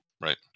right